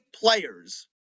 players